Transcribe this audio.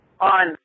on